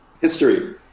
History